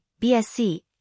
BSC